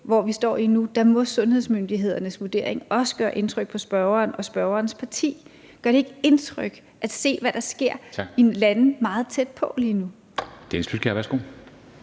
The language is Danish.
vi står i nu, må sundhedsmyndighedernes vurdering også gøre indtryk på spørgeren og spørgerens parti. Gør det ikke indtryk at se, hvad der sker i lande meget tæt på lige nu? Kl. 14:39